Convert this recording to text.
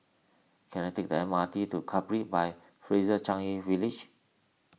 can I take the M R T to Capri by Fraser Changi relish